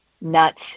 nuts